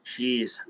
Jeez